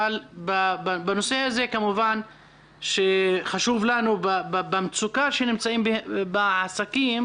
אבל בנושא הזה כמובן שחשוב לנו במצוקה שבה נמצאים העסקים,